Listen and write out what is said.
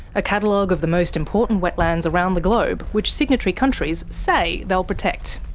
a catalogue of the most important wetlands around the globe, which signatory countries say they'll protect.